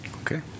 Okay